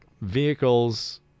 Vehicles